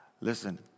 listen